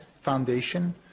Foundation